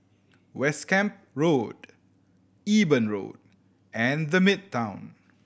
West Camp Road Eben Road and The Midtown